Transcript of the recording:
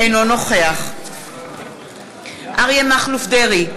אינו נוכח אריה מכלוף דרעי,